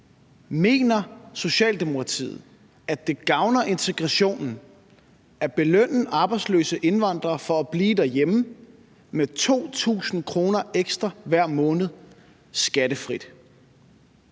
Mener Socialdemokratiet, at det gavner integrationen at belønne arbejdsløse indvandrere for at blive derhjemme med 2.000 kr. ekstra hver måned skattefrit?